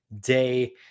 day